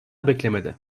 beklemede